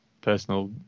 personal